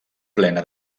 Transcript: plena